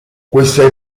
questa